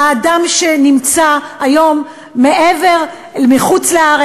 האדם שנמצא היום בחוץ-לארץ,